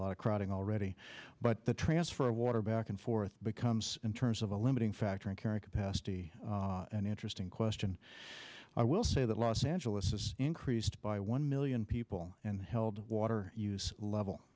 lot of crowding already but the transfer of water back and forth becomes in terms of a limiting factor in character an interesting question i will say that los angeles is increased by one million people and held water level